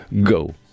go